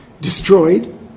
destroyed